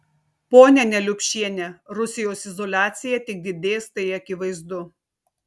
ponia neliupšiene rusijos izoliacija tik didės tai akivaizdu